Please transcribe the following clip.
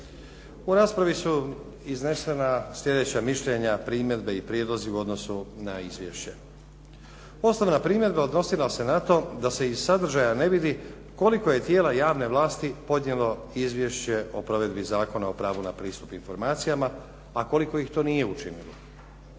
U raspravi su iznesena slijedeća mišljenja, primjedbe i prijedlozi u odnosu na izvješće. Osnovna primjedba odnosila se na to da se iz sadržaja ne vidi koliko je tijela javne vlasti podnijelo izvješće o provedbi Zakona o pravu na pristup informacijama a koliko ih to nije učinilo.